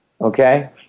Okay